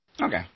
Okay